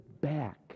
back